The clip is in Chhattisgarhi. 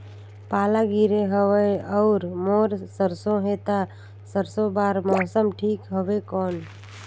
पाला गिरे हवय अउर मोर सरसो हे ता सरसो बार मौसम ठीक हवे कौन?